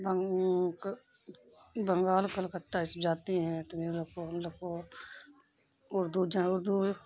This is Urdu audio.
بنگال کلکتہ ہی سب جاتے ہیں تو یہ لوگ کو ہم لوگ کو اردو اردو